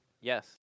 Yes